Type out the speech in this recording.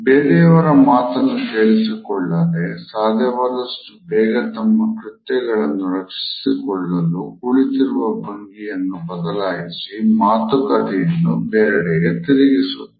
ಬೇರೆಯವರ ಮಾತನ್ನು ಕೇಳಿಸಿಕೊಳ್ಳದೆ ಸಾಧ್ಯವಾದಷ್ಟು ಬೇಗ ತಮ್ಮ ಕೃತ್ಯಗಳನ್ನು ರಕ್ಷಿಸಿಕೊಳ್ಳಲು ಕುಳಿತಿರುವ ಭಂಗಿಯನ್ನು ಬದಲಾಯಿಸಿ ಮಾತುಕತೆಯನ್ನು ಬೇರೆಡೆಗೆ ತಿರುಗಿಸುತ್ತಾರೆ